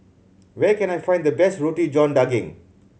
where can I find the best Roti John Daging